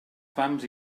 fams